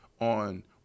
on